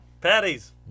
Patties